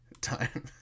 time